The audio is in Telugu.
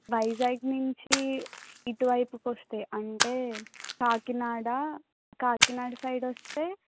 వైజాగ్ నుంచి ఇటువైపుకొస్తే అంటే కాకినాడ కాకినాడ సైడ్ వస్తే